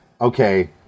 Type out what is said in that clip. okay